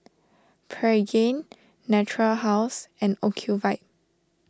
Pregain Natura House and Ocuvite